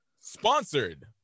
Sponsored